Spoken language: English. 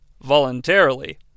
voluntarily